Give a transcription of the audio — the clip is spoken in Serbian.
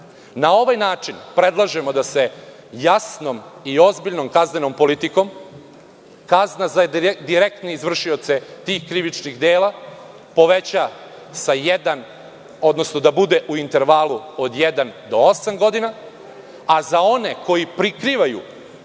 ovaj način, predlažemo da se jasnom i ozbiljnom kaznenom politikom kazna za direktne izvršioce tih krivičnih dela poveća i da bude u intervalu od jedan do osam godina, a za one koji prikrivaju,